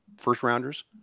first-rounders